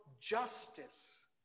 justice